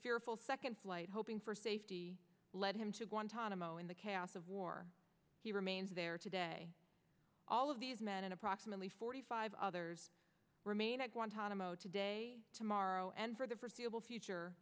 fearful second flight hoping for safety led him to guantanamo in the chaos of war he remains there today all of these men and approximately forty five others remain at guantanamo today tomorrow and for the forseeable future